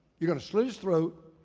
you're gonna slit his throat.